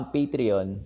Patreon